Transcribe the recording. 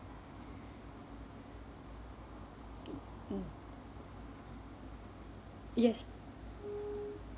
mm yes